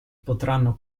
potranno